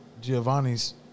Giovanni's